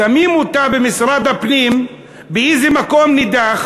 שמים אותה במשרד הפנים באיזה מקום נידח